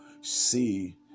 see